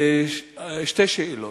שתי שאלות: